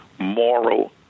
moral